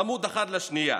צמודות אחת לשנייה.